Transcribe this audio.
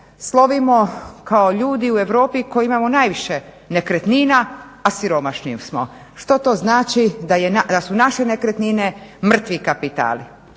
slovimo kao ljudi u Europi koji imamo najviše nekretnina a siromašni smo. Što to znači? Da su naše nekretnine mrtvi kapitali.